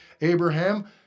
Abraham